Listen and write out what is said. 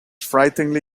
frighteningly